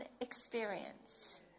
experience